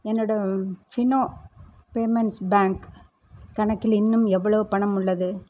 என்னோட Fino payments bank கணக்கில் இன்னும் எவ்வளவு பணம் உள்ளது